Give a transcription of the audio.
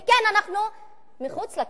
וכן, אנחנו מחוץ לקונסנזוס,